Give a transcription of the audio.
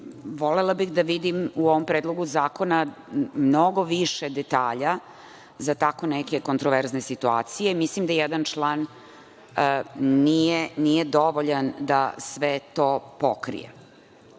volela bih da vidim u ovom predlogu zakona mnogo više detalja za tako neke kontroverzne situacije. Mislim da jedan član nije dovoljan da sve to pokrije. Dalje,